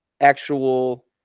actual